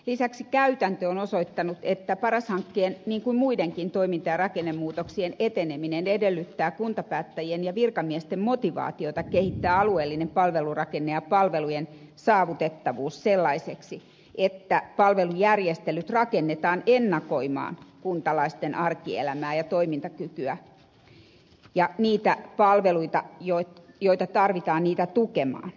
lisäksi käytäntö on osoittanut että paras hankkeen niin kuin muidenkin toiminta ja rakennemuutoksien eteneminen edellyttää kuntapäättäjien ja virkamiesten motivaatiota kehittää alueellinen palvelurakenne ja palvelujen saavutettavuus sellaiseksi että palvelujärjestelyt rakennetaan ennakoimaan kuntalaisten arkielämää ja toimintakykyä ja niitä palveluita joita tarvitaan niitä tukemaan